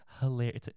hilarious